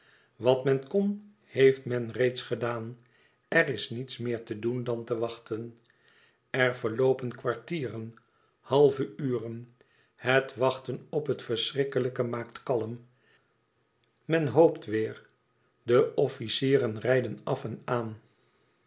wat men kon heeft men reeds gedaan er is niets meer te doen dan te wachten er verloopen kwartieren halve uren het wachten op het verschrikkelijke maakt kalm men hoopt weêr de officieren rijden af en aan